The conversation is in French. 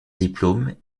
diplôme